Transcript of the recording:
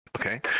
okay